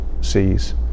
sees